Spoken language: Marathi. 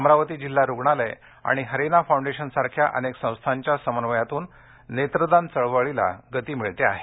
अमरावती जिल्हा रूग्णालय आणि हरीना फाऊंडेशनसारख्या अनेक संस्थांच्या समन्वयातून नेत्रदान चळवळीला गती मिळाली आहे